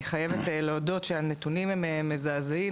אני חייבת להודות שהנתונים הם מזעזעים,